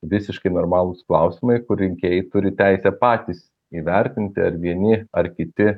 visiškai normalūs klausimai kur rinkėjai turi teisę patys įvertinti ar vieni ar kiti